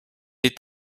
est